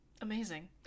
Amazing